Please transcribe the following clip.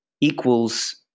equals